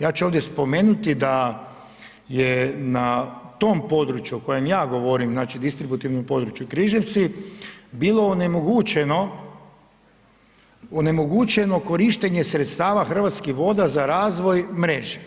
Ja ću ovdje spomenuti da je na tom području o kojem ja govorim, znači distributivnom području Križevci bilo onemogućeno korištenje sredstava Hrvatskih voda za razvoj mreže